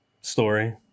story